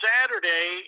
Saturday